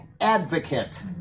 advocate